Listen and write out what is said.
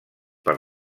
per